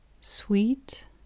Sweet